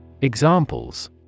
Examples